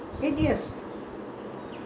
eighty eight we came to fajar